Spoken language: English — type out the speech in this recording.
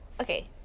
Okay